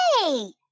hey